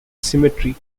cemetery